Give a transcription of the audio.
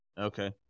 Okay